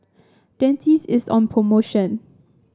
dentiste is on promotion